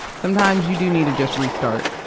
sometimes, you do need to just restart.